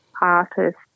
artist